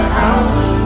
house